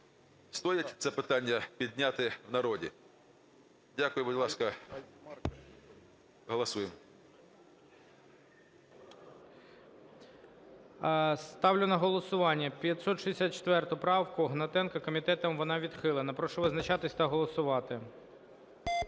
стоит це питання підняти в народі. Дякую, будь ласка, голосуємо. ГОЛОВУЮЧИЙ. Ставлю на голосування 564 правку Гнатенка. Комітетом вона відхилена. Прошу визначатись та голосувати.